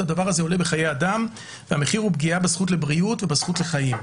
הדבר הזה עולה בחיי אדם והמחיר הוא פגיעה בזכות לבריאות ובזכות לחיים,